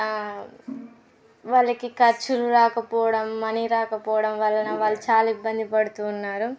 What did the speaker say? వాళ్ళకి ఖర్చులు రాకపోవడం మని రాకపోవడం వలన వాళ్ళు చాలా ఇబ్బంది పడుతున్నారు